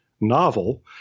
novel